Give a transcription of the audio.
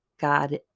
God